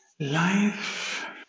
Life